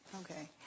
Okay